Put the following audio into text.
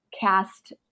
cast